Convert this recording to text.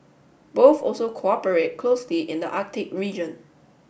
both also cooperate closely in the Arctic region